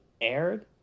aired